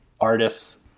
artists